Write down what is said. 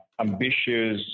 ambitious